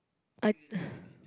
I